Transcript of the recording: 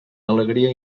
alegria